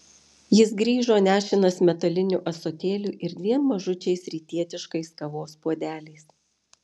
jis grįžo nešinas metaliniu ąsotėliu ir dviem mažučiais rytietiškais kavos puodeliais